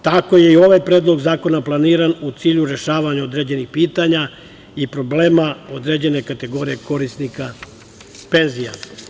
Tako je i ovaj predlog zakona planiran, u cilju rešavanja određenih pitanja i problema određene kategorije korisnika penzija.